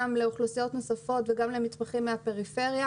לאוכלוסיות נוספות וגם למתמחים מהפריפריה.